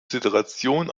situation